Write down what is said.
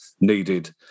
needed